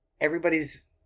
everybody's